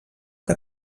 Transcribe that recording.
que